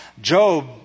Job